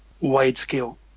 wide-scale